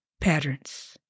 patterns